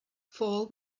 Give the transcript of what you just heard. fall